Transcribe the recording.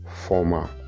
Former